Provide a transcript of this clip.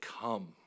come